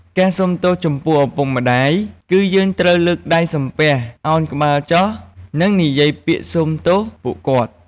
ការសូមទោសចំពោះឪពុកម្ដាយ គឺយើងត្រូវលើកដៃសំពះ ឱនក្បាលចុះ និងនិយាយពាក្យសុំទោសពួកគាត់។